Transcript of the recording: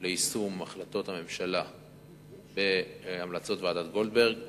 ליישום החלטות הממשלה והמלצות ועדת-גולדברג